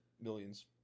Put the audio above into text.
millions